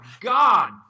God